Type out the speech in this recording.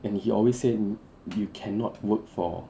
and he always say you cannot work for